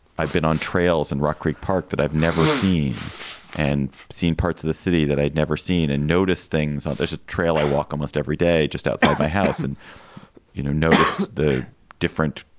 i've been on trails in rock creek park that i've never seen and seen parts of the city that i'd never seen and noticed things. there's a trail. i walk almost every day just outside my house and you know noticed the different